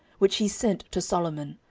which he sent to solomon,